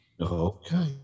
Okay